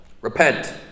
repent